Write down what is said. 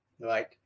right